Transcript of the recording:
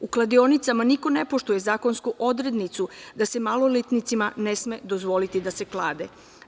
U kladionicama niko ne poštuje zakonsku odrednicu da se maloletnicima ne sme dozvoliti da se klade.